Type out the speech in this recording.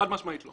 חד משמעית לא.